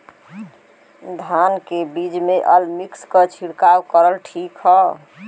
धान के बिज में अलमिक्स क छिड़काव करल ठीक ह?